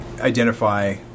identify